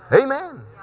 Amen